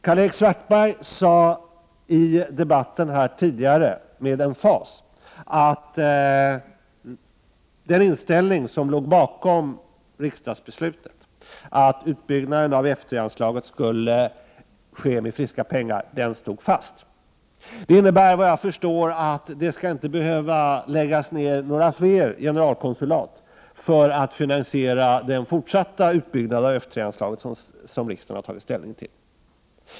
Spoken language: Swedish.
Karl-Erik Svartberg sade tidigare i debatten med emfas att den inställning som låg bakom riksdagsbeslutet om att utbyggnaden av F 3-anslaget skulle ske med friska pengar stod fast. Det innebär såvitt jag förstår att det inte skall behöva läggas ner några fler generalkonsulat för att finansiera den fortsatta utbyggnad av F 3-anslaget som riksdagen har tagit ställning till.